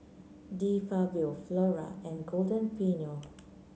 De Fabio Flora and Golden Peony